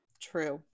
true